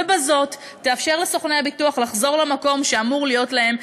ובזאת תאפשר לסוכני הביטוח לחזור למקום שאמור להיות להם,